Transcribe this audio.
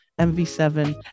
MV7